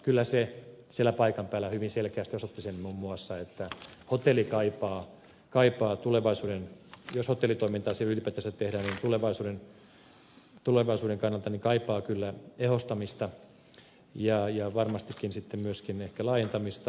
kyllä se siellä paikan päällä hyvin selkeästi osoitti sen muun muassa että jos hotellitoimintaa siellä ylipäätänsä tehdään se tulevaisuuden kannalta kaipaa kyllä ehostamista ja varmastikin sitten myöskin ehkä laajentamista